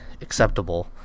acceptable